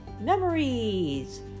Memories